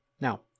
Now